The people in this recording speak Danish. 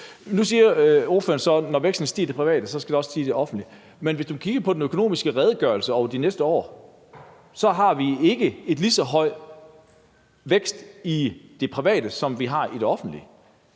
Nu siger ordføreren så, at når væksten stiger i det private, skal den også stige i det offentlige. Men hvis man kigger på den økonomiske redegørelse og oversigten over de næste år, har vi ikke en lige så høj vækst i det private, som vi har i det offentlige.